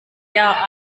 eher